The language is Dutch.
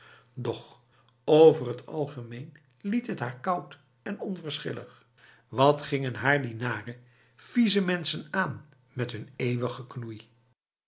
doch over het algemeen liet het haar koud en onverschillig wat gingen haar die nare vieze mensen aan met hun eeuwig geknoei